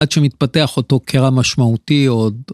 עד שמתפתח אותו קרע משמעותי עוד.